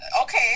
okay